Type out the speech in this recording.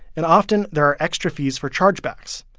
and often, there are extra fees for chargebacks.